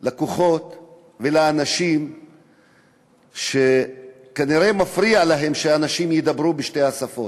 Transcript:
שיש כוחות ואנשים שכנראה מפריע להם שאנשים ידברו בשתי השפות.